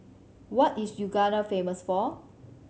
what is Uganda famous for